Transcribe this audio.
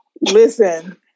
Listen